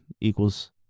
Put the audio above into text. equals